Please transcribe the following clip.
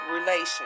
Relations